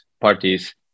parties